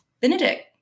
Benedict